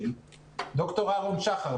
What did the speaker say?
ד"ר אהרון שחר,